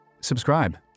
Subscribe